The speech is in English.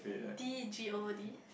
D_G_O_D